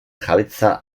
jabetza